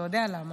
אתה יודע למה?